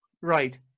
Right